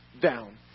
down